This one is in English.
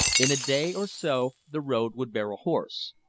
in a day or so the road would bear a horse.